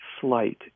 slight